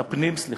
הפנים, סליחה,